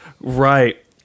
right